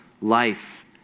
life